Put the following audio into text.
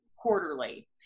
quarterly